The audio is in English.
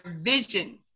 vision